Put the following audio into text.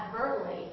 verbally